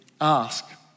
ask